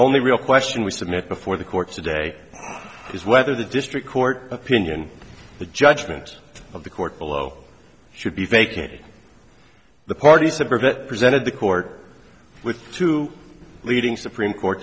only real question we submit before the court today is whether the district court opinion the judgment of the court below should be vacated the parties of it presented the court with two leading supreme court